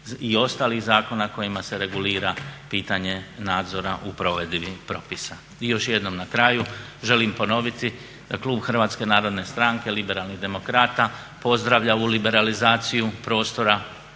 i ostalih zakona kojima se regulira pitanje nadzora u provedbi propisa. I još jednom na kraju želim ponoviti da klub HNS-a Liberalni demokrata pozdravlja ovu liberalizaciju prostora